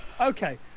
okay